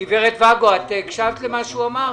גברת ואגו, את הקשבת למה שהוא אמר?